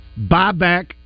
buyback